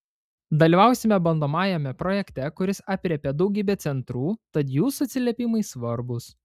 dalyvausime bandomajame projekte kuris aprėpia daugybę centrų tad jūsų atsiliepimai svarbūs